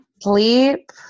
Sleep